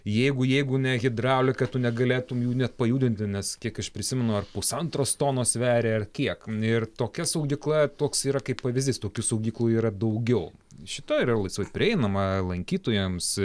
jeigu jeigu ne hidraulika tu negalėtum jų net pajudinti nes kiek aš prisimenu ar pusantros tonos sveria ar kiek ir tokia saugykla toks yra kaip pavydys tokių saugyklų yra daugiau šita yra laisvai prieinama lankytojams